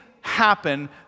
happen